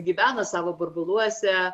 gyvena savo burbuluose